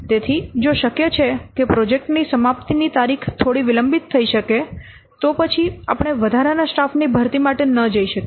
તેથી જો શક્ય છે કે પ્રોજેક્ટની સમાપ્તિની તારીખ થોડી વિલંબિત થઈ શકે તો પછી આપણે વધારાના સ્ટાફની ભરતી માટે ન જઈ શકીએ